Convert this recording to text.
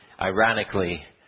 ironically